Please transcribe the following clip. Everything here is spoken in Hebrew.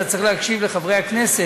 צריך לקדם את התהליך המדיני.